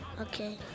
Okay